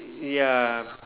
ya